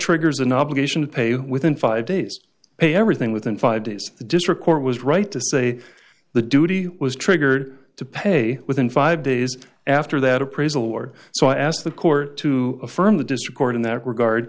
triggers an obligation to pay with in five days pay everything within five days the district court was right to say the duty was triggered to pay within five days after that appraisal or so i asked the court to affirm the discord in that regard